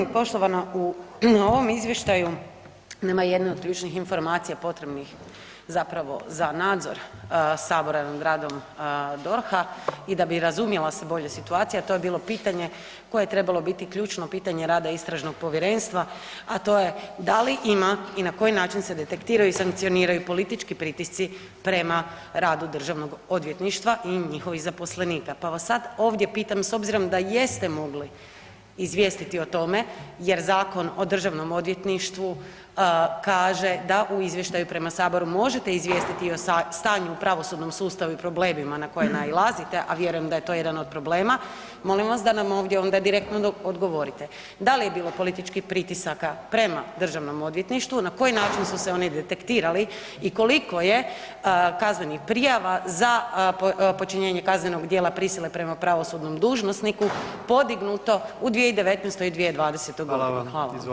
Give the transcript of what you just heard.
Poštovana, u ovom izvještaju nema jedne od ključnih informacija potrebnih zapravo za nadzor sabora nad radom DORH-a i da bi razumjela se bolje situacija, to je bilo pitanje koje je trebalo biti ključno pitanje rada istražnog povjerenstva, a to je da li ima i na koji način se detektiraju i sankcioniraju politički pritisci prema radu državnog odvjetništva i njihovih zaposlenika, pa vas sad ovdje pitam s obzirom da jeste mogli izvijestiti o tome jer Zakon o državnom odvjetništvu kaže da u izvještaju prema saboru možete izvijestiti i o stanju u pravosudnom sustavu i o problemima na koje nailazite, a vjerujem da je to jedan od problema, molim vas da nam ovdje onda direktno odgovorite da li je bilo političkih pritisaka prema državnom odvjetništvu, na koji način su se oni detektirali i koliko je kaznenih prijava za počinjenje kaznenog djela prisile prema pravosudnom dužnosniku podignuto u 2019. i 2020.g.? [[Upadica: Hvala vam]] Hvala.